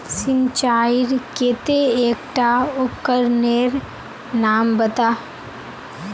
सिंचाईर केते एकटा उपकरनेर नाम बता?